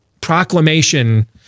proclamation